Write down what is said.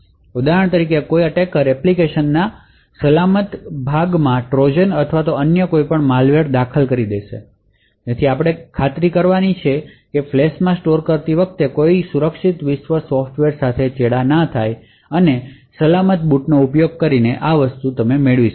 તેથી ઉદાહરણ તરીકે કોઈ અટેકર એપ્લિકેશનના સલામત ભાગમાં ટ્રોજન અથવા અન્ય કોઈપણ માલવેર દાખલ કરે છે તેથી આપણે એ ખાતરી કરવાની જરૂર છે કે ફ્લેશમાં સ્ટોર કરતી વખતે કોઈ સુરક્ષિત વિશ્વ સોફ્ટવેર સાથે ચેડા ન થાય અને સલામત બૂટનો ઉપયોગ કરીને આ પ્રાપ્ત કરવાની એક રીત છે